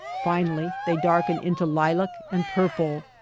finally they darken into lilac and purple,